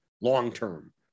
long-term